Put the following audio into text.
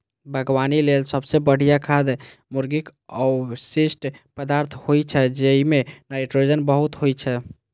बागवानी लेल सबसं बढ़िया खाद मुर्गीक अवशिष्ट पदार्थ होइ छै, जइमे नाइट्रोजन बहुत होइ छै